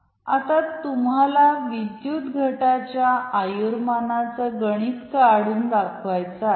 आता तुम्हाला विद्युत घटाच्या आयुर्मानाचे गणित काढून दाखवायचॆ आहे